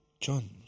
John